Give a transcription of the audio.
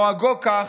"בנוהגו כך,